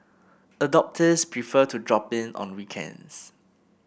adopters prefer to drop in on weekends